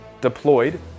deployed